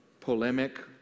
polemic